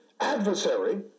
adversary